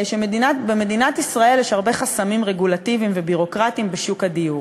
שבמדינת ישראל יש הרבה חסמים רגולטיביים וביורוקרטיים בשוק הדיור.